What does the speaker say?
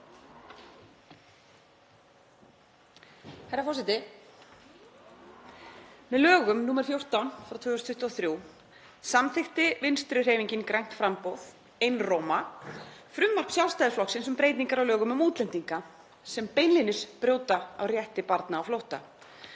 Herra forseti. Með lögum nr. 14/2023 samþykkti Vinstrihreyfingin – grænt framboð einróma frumvarp Sjálfstæðisflokksins um breytingar á lögum um útlendinga sem beinlínis brjóta á rétti barna á flótta.